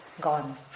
gone